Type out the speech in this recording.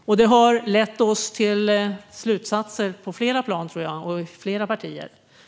Det här har lett oss till slutsatser på flera plan, tror jag, och i flera partier.